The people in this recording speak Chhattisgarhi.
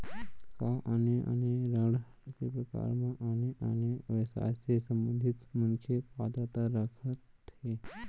का आने आने ऋण के प्रकार म आने आने व्यवसाय से संबंधित मनखे पात्रता रखथे?